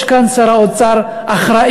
יש כאן שר אוצר אחראי,